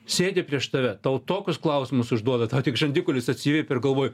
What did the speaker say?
sėdi prieš tave tau tokius klausimus užduoda tau tik žandikaulis atsivėpia ir galvoji